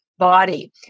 Body